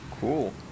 Cool